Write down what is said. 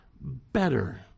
better